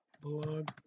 blog